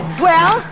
well